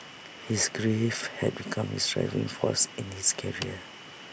his grief had become his driving force in his career